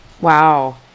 wow